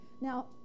Now